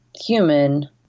human